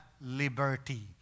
liberty